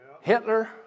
Hitler